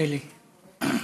אלי,